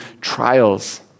trials